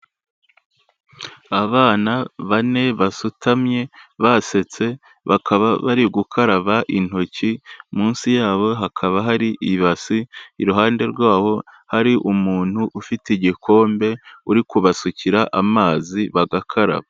Abana bane basutamye basetse, bakaba bari gukaraba intoki, munsi yabo hakaba hari ibasi, iruhande rwabo hari umuntu ufite igikombe, uri kubasukira amazi bagakaraba.